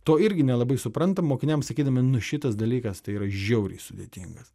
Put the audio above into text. to irgi nelabai suprantam mokiniams sakydami nu šitas dalykas tai yra žiauriai sudėtingas